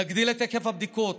נגדיל את היקף הבדיקות,